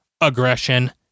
aggression